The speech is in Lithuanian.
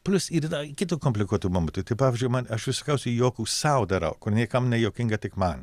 plius ir yra kitų komplikuotų momentų tai pavyzdžiui man aš visokiausių juokų sau darau kur niekam nejuokinga tik man